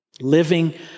living